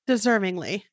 Deservingly